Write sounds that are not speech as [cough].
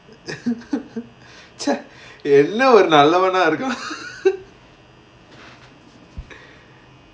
[laughs] சே என்ன ஒரு நல்லவனா இருக்கா:chae enna oru nallavanaa irukkaa [laughs]